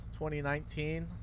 2019